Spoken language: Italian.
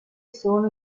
sono